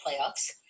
playoffs